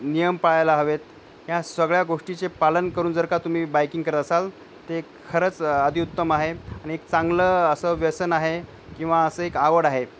नियम पाळायला हवे आहेत ह्या सगळ्या गोष्टीचे पालन करून जर का तुम्ही बाईकिंग करत असाल ते खरंच अतिउत्तम आहे आणि एक चांगलं असं व्यसन आहे किंवा असं एक आवड आहे